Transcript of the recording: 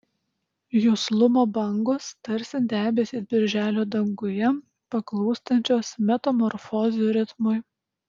juslumo bangos tarsi debesys birželio danguje paklūstančios metamorfozių ritmui